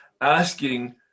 asking